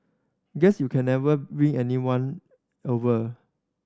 guess you can never win everyone over